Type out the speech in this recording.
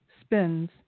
spins